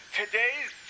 Today's